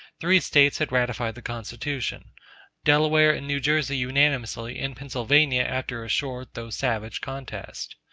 three states had ratified the constitution delaware and new jersey unanimously and pennsylvania after a short, though savage, contest.